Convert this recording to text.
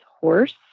horse